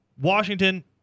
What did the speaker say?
Washington